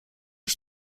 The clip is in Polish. już